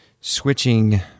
switching